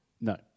No